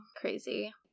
Crazy